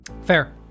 Fair